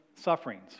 sufferings